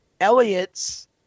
Elliot's